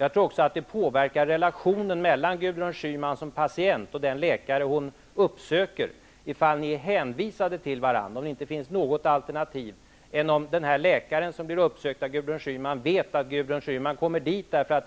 Jag tror också att det påverkar relationen mellan Gudrun Schyman som patient och den läkare hon uppsöker på ett annat sätt om de är hänvisade till varandra och det inte finns något alternativ, än om den läkare som blir uppsökt av Gudrun Schyman vet att hon kommer dit därför att